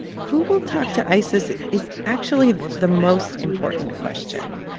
who will talk to isis is actually the most important question.